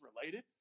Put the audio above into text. related